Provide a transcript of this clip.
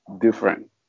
different